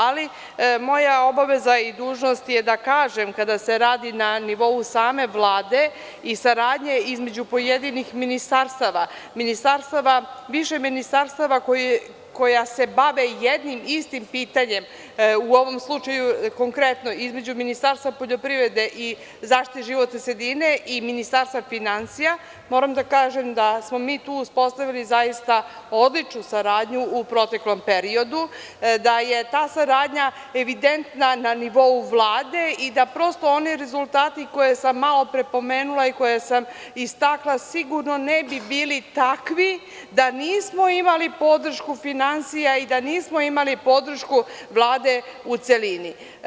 Ali, moja obaveza i dužnost je da kažem, kada se radi na nivou same Vlade i saradnje između pojedinih ministarstava, više ministarstava koja se bave jednim istim pitanjem, u ovom slučaju konkretno između Ministarstva poljoprivrede i zaštite životne sredine i Ministarstva finansija, moram da kažem da smo mi tu uspostavili zaista odličnu saradnju u proteklom periodu, da je ta saradnja evidentna na nivou Vlade i da oni rezultati koje sam malopre pomenula i koje sam istakla sigurno ne bi bili takvi da nismo imali podršku finansija i da nismo imali podršku Vlade u celini.